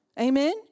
Amen